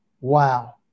wow